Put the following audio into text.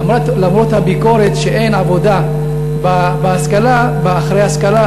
למרות הביקורת שאין עבודה אחרי רכישת ההשכלה,